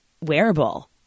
wearable